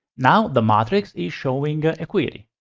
now the matrix is showing a query.